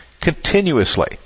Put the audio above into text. continuously